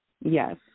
Yes